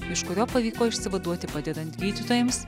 iš kurio pavyko išsivaduoti padedant gydytojams